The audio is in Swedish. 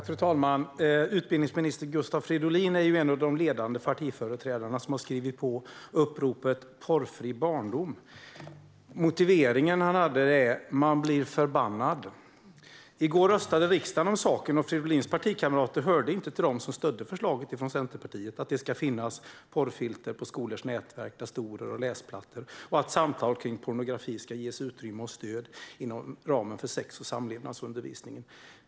Fru talman! Utbildningsminister Gustav Fridolin är en av de ledande partiföreträdare som har skrivit på uppropet Porrfri barndom. Hans motivering var "Man blir förbannad". I går röstade riksdagen om saken, och Fridolins partikamrater stödde inte Centerpartiets förslag att det ska finnas porrfilter på skolors nätverk, datorer och läsplattor och att samtal om pornografi ska ges utrymme och stöd inom ramen för sex och samlevnadsundervisningen.